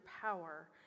power